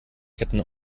ketten